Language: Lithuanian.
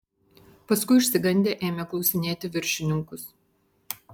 paskui išsigandę ėmė klausinėti viršininkus